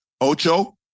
Ocho